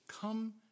come